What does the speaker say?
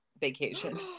vacation